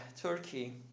Turkey